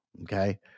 Okay